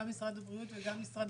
גם משרד הבריאות וגם משרד